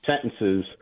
sentences